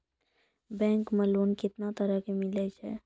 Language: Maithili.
बैंक मे लोन कैतना तरह के मिलै छै?